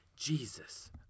Jesus